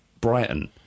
Brighton